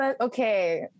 okay